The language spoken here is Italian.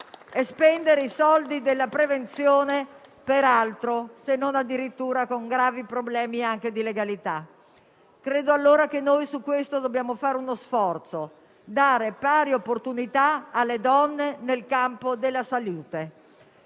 e spendere i soldi della prevenzione, per altro, se non addirittura, con gravi problemi anche di legalità. Credo che su questo dobbiamo fare uno sforzo, dando pari opportunità alle donne nel campo della salute.